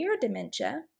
dementia